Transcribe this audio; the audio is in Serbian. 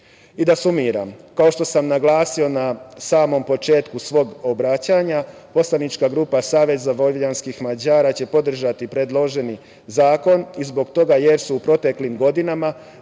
da sumiram, kao što sam naglasio na samom početku svog obraćanja, poslanička grupa SVM će podržati predloženi zakon i zbog toga jer su u proteklim godinama,